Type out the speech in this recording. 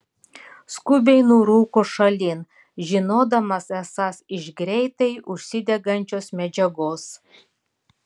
skubiai nurūko šalin žinodamas esąs iš greitai užsidegančios medžiagos